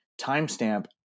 timestamp